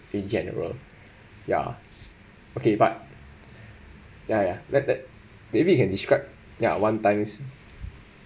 in general ya okay but ya ya that that maybe you can describe ya one times